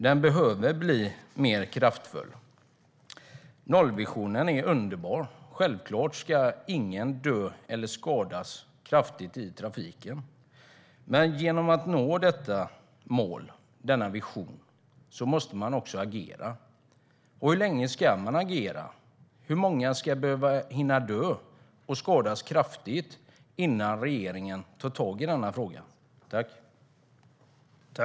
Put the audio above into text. Den behöver bli mer kraftfull.